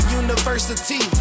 university